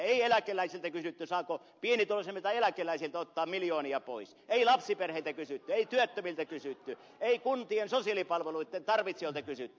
ei eläkeläisiltä kysytty saako pienituloisimmilta eläkeläisiltä ottaa miljoonia pois ei lapsiperheiltä kysytty ei työttömiltä kysytty ei kuntien sosiaalipalveluitten tarvitsijoilta kysytty